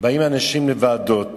באים אנשים לוועדות